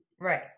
Right